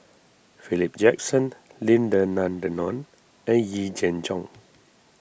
Philip Jackson Lim Denan Denon and Yee Jenn Jong